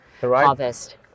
harvest